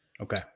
Okay